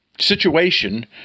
situation